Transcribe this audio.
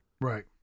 Right